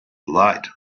light